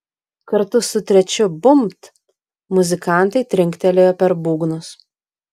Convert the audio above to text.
kartu su trečiu bumbt muzikantai trinktelėjo per būgnus